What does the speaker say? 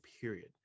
period